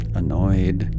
annoyed